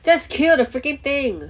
just kill the freaking thing